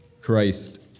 Christ